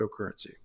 cryptocurrency